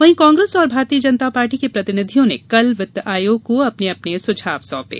वहीं कांग्रेस और भारतीय जनता पार्टी के प्रतिनिधियों ने कल वित्त आयोग को अपने अपने सुझाव सौंपे